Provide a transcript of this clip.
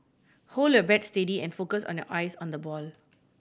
hold your bat steady and focus on your eyes on the ball